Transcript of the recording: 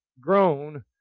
groan